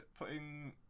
putting